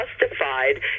justified